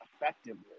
effectively